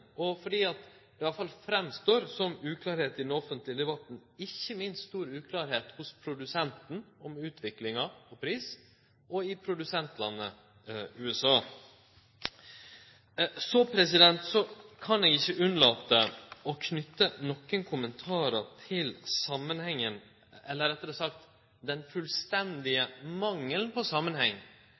og fordi det i alle fall framstår som uklart i den offentlege debatten, og ikkje minst svært uklart hos produsenten når det gjeld utviklinga og pris – og i produsentlandet USA. Så kan eg ikkje la vere å knyte nokre kommentarar til samanhengen eller – rettare sagt – den fullstendige mangelen på samanheng